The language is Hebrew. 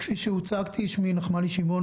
כפי שהוצגתי שמי נחמני שמעון,